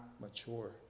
mature